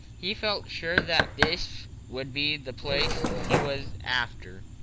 he felt sure that this would be the place he was after.